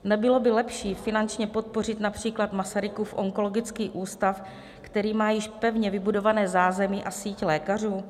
Nebylo by lepší finančně podpořit např. Masarykův onkologický ústav, který má již pevně vybudované zázemí a síť lékařů?